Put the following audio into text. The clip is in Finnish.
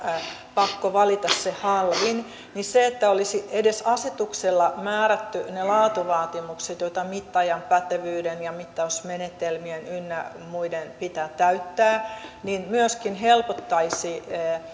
pakko valita se halvin niin se että olisi edes asetuksella määrätty ne laatuvaatimukset joita mittaajan pätevyyden ja mittausmenetelmien ynnä muiden pitää täyttää myöskin helpottaisi